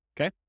Okay